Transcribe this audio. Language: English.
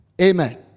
Amen